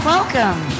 Welcome